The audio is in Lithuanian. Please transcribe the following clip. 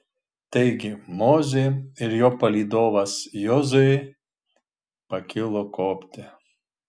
taigi mozė ir jo palydovas jozuė pakilo kopti